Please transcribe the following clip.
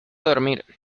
dormir